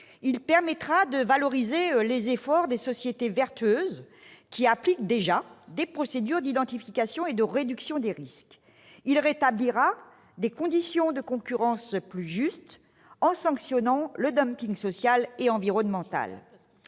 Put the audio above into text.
il permettra de valoriser les efforts des sociétés vertueuses appliquant déjà des procédures d'identification et de réduction des risques. Il rétablira des conditions de concurrence plus juste en sanctionnant le social et environnemental.